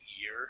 year